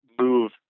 move